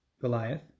Goliath